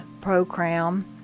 program